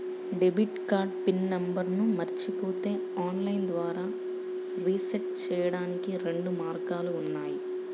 debit card PIN నంబర్ను మరచిపోతే online ద్వారా రీసెట్ చెయ్యడానికి రెండు మార్గాలు ఉన్నాయి